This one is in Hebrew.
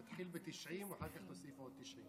נתחיל ב-90 ואחר כך נוסיף עוד.